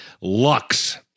Lux